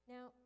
Now